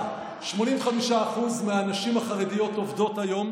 85% מהנשים החרדיות עובדות היום,